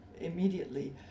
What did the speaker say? immediately